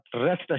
rest